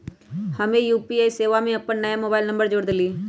हम्मे यू.पी.आई सेवा में अपन नया मोबाइल नंबर जोड़ देलीयी